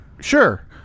sure